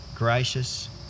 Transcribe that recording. gracious